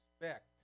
expect